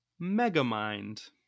Megamind